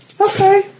Okay